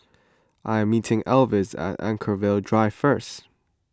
I am meeting Alvis at Anchorvale Drive first